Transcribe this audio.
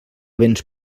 béns